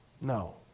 No